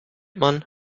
man